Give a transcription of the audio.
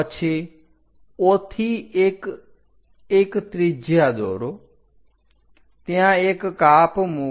પછી O થી 1 એક ત્રિજ્યા રચો ત્યાં એક કાપ મૂકો